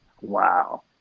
wow